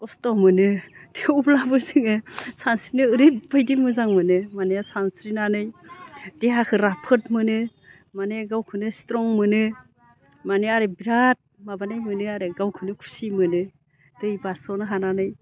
खस्त' मोनो थेवब्लाबो जोङो सानस्रिनो ओरैबायदि मोजां मोनो माने सानस्रिनानै देहाखौ राफोद मोनो माने गावखौनो स्ट्रं मोनो माने आरो बिरात माबानाय मोनो आरो गावखौनो खुसि मोनो दै बारस'नो हानानै